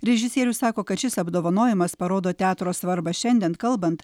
režisierius sako kad šis apdovanojimas parodo teatro svarbą šiandien kalbant